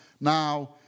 Now